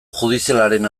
judizialaren